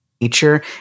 nature